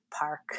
Park